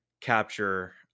capture